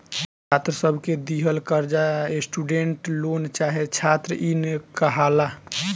छात्र सब के दिहल कर्जा स्टूडेंट लोन चाहे छात्र इन कहाला